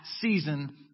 season